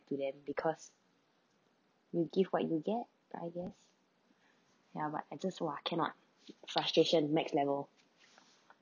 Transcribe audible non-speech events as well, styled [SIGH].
to them because you give what you get I guess [BREATH] ya but I just !wah! cannot frustration max level